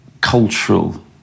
cultural